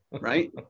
Right